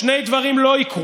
שני דברים לא יקרו,